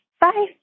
Bye